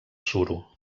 suro